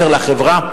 מסר לחברה,